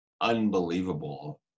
unbelievable